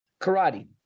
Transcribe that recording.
karate